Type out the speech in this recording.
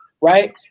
right